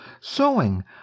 sewing